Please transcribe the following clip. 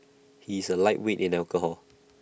he is A lightweight in alcohol